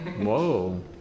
Whoa